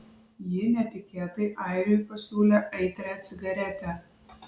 ji netikėtai airiui pasiūlė aitrią cigaretę